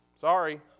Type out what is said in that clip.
sorry